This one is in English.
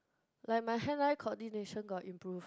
like my hand eye coordination got improve